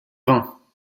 vin